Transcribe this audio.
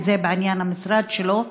כי זה היה בנושא המשרד שלו,